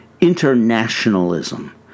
internationalism